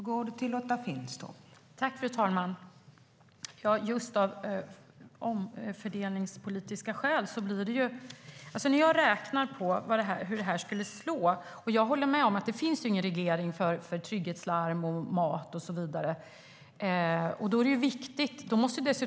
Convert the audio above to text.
Fru talman! Ja, det var frågan om fördelningspolitiska skäl. Jag har räknat på hur höjningen kommer att slå. Jag håller med om att det inte finns någon reglering för trygghetslarm, mat och så vidare.